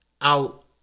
out